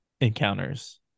encounters